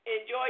Enjoy